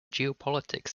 geopolitics